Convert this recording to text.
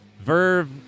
verve